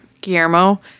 Guillermo